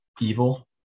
evil